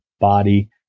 body